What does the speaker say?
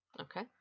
okay